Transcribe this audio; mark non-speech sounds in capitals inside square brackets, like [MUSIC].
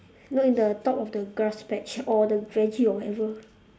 no in the top of the grass patch [LAUGHS] or the veggie or whatever